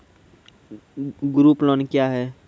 Group loan क्या है?